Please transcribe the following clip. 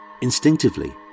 Instinctively